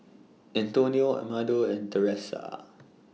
Antonio Amado and Teressa